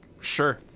Sure